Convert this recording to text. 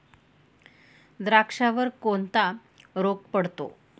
द्राक्षावर कोणता रोग पडतो?